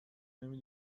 نمی